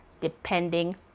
depending